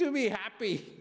to me happy